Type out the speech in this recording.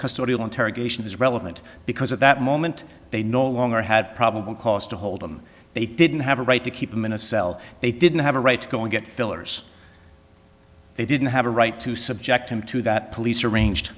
custodial interrogation is relevant because at that moment they no longer had probable cause to hold him they didn't have a right to keep him in a cell they didn't have a right to go and get fillers they didn't have a right to subject him to that police arranged